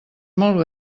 molt